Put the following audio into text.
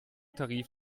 tarif